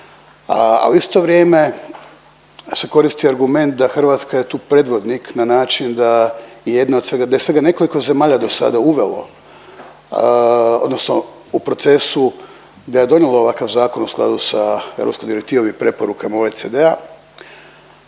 a u isto vrije se koristi argument da Hrvatska je tu predvodnik na način da jedna od svega nekoliko zemalja do sada uvelo odnosno u procesu da je donijelo ovakav zakon u skladu sa europskom direktivom i preporukama OECD-a,